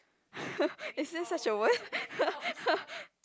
is there such a word